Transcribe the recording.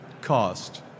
cost